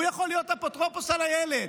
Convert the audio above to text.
הוא יכול להיות אפוטרופוס על הילד.